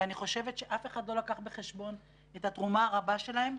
ואני חושבת שאף אחד לא לקח בחשבון את התרומה הרבה שלהם.